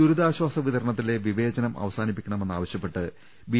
ദുരിതാശ്ചാസ വിതരണത്തിലെ വിവേചനം അവസാനിപ്പി ക്കണമെന്നാവശ്യപ്പെട്ട് ബി